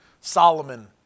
Solomon